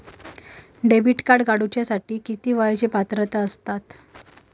Debit card काढूसाठी किती वयाची पात्रता असतात?